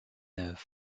neuve